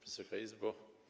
Wysoka Izbo!